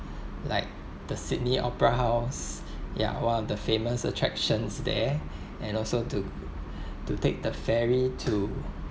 like the sydney opera house yeah one of the famous attractions there and also to to take the ferry to